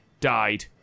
died